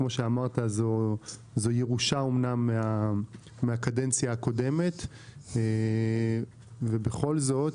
כמו שאמרת זו אמנם ירושה מהקדנציה הקודמת ובכל זאת